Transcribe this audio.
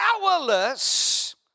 powerless